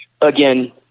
again